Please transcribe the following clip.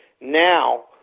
now